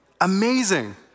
amazing